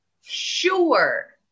Sure